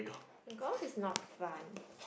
golf is not fun